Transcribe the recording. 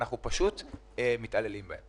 אנחנו פשוט מתעללים בהם.